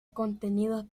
contenidos